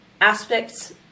aspects